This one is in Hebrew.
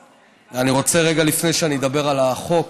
אני רוצה רגע, לפני שאני אדבר על החוק,